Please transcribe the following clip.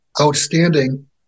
outstanding